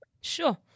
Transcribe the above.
Sure